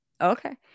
okay